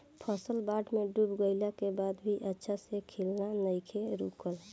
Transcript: फसल बाढ़ में डूब गइला के बाद भी अच्छा से खिलना नइखे रुकल